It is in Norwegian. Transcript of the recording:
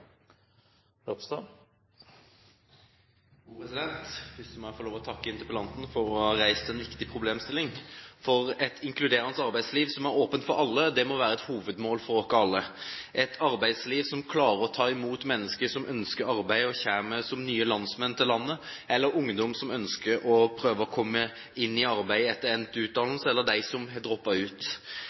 Først må jeg få lov til å takke interpellanten for å ha tatt opp en viktig problemstilling, for et inkluderende arbeidsliv som er åpent for alle, må være et hovedmål for oss alle – et arbeidsliv som klarer å ta imot mennesker som ønsker arbeid, eller som kommer som nye landsmenn, eller ungdom som ønsker å prøve å komme i arbeid etter endt utdannelse, eller som har droppet ut,